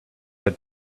had